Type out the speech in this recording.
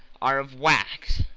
are of wax,